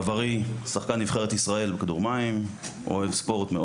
בעברי הייתי שחקן נבחרת ישראל בכדורמים ומאוד אוהב ספורט.